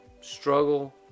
struggle